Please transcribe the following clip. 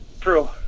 True